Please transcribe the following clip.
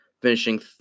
finishing